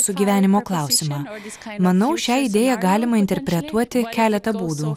sugyvenimo klausimą manau šią idėją galima interpretuoti keletą būdų